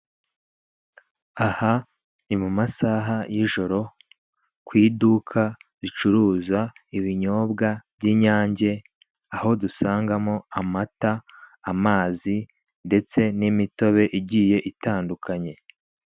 Aha ni mumasaha y'ijoro ku iduka ricuruza ibinyobwa by'inyange aho dusangamo amata, amazi ndetse n'imitobe igiye itandukanye.